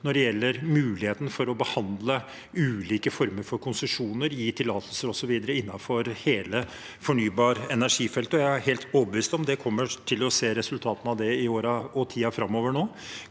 når det gjelder muligheten for å behandle ulike former for konsesjoner og gi tillatelser og så videre innenfor hele fornybar energi-feltet, og jeg er helt overbevist om at det kommer vi til å se resultatene av i årene og tiden framover.